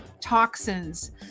toxins